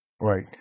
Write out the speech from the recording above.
Right